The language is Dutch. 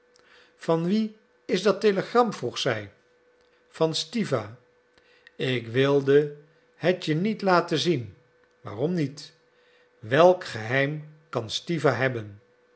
van wie is dat telegram vroeg zij van stiwa ik wilde het je niet laten zien waarom niet welk geheim kan stiwa hebben